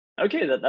okay